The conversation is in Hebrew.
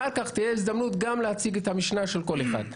אחר כך תהיה הזדמנות גם להציג את המשנה של כל אחד.